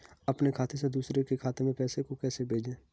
अपने खाते से दूसरे के खाते में पैसे को कैसे भेजे?